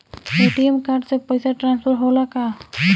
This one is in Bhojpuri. ए.टी.एम कार्ड से पैसा ट्रांसफर होला का?